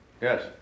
Yes